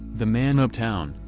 the man uptown,